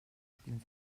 spielen